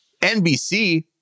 NBC